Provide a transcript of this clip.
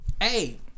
Hey